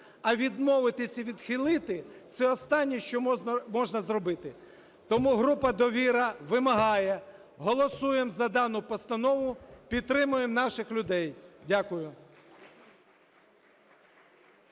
а відмовитись і відхилити – це останнє, що можна зробити. Тому група "Довіра" вимагає голосуємо за дану постанову, підтримуємо наших людей. Дякую.